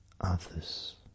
others